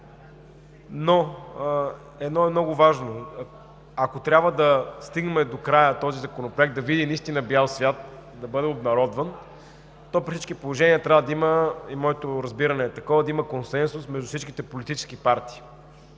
Едно е много важно – ако трябва да стигнем до края и този законопроект да види наистина бял свят и да бъде обнародван, то при всички положения трябва да има да има консенсус между всичките политически партии.